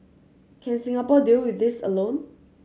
can Singapore deal with this alone